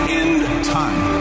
end-time